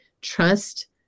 trust